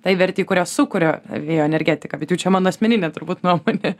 tai vertei kurią sukuria vėjo energetika bet jau čia mano asmeninė turbūt nuomonė